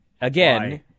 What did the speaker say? again